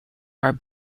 are